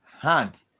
hand